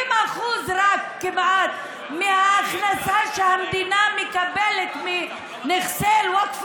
רק כמעט 20% מההכנסה שהמדינה מקבלת מנכסי אל-ווקף